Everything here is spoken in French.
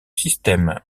système